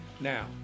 Now